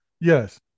Yes